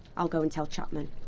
i'll go and tell chapman.